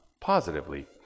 positively